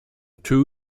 two